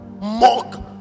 mock